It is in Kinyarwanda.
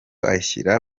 ashyira